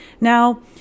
Now